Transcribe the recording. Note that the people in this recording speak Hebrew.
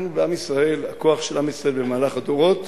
אנחנו בעם ישראל, הכוח של עם ישראל במהלך הדורות